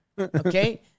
Okay